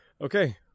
Okay